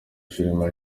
filime